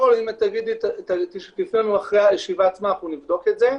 אם תפני אלינו אחרי הישיבה עצמה אנחנו נבדוק את זה.